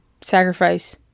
sacrifice